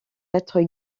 être